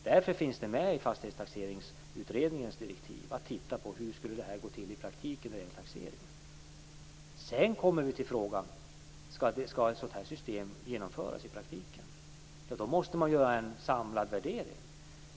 Därför finns det med i Fastighetsutredningens direktiv, att man skall titta på hur det skulle gå till i praktiken när det gäller taxering. Sedan kommer vi till frågan: Skall ett sådant här förslag genomföras? Då måste man göra en samlad värdering.